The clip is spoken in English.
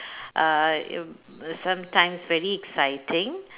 uh i~ sometimes very exciting